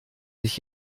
ich